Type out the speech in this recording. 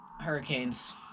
Hurricanes